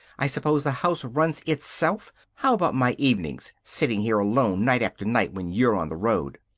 i suppose the house runs itself! how about my evenings? sitting here alone, night after night, when you're on the road.